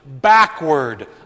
backward